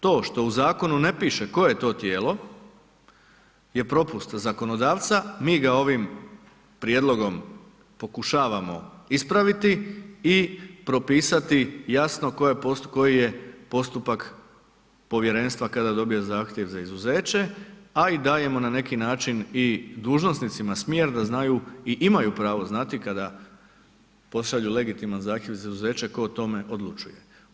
To što u zakonu ne piše koje je to tijelo je propust zakonodavca, mi ga ovim prijedlogom pokušavamo ispraviti i propisati jasno koji je postupak povjerenstva kada dobije zahtjev za izuzeće, a i dajemo na neki način dužnosnicima smjer da znaju i imaju pravo znati kada pošalju legitiman zahtjev za izuzeće tko o tome odlučuje.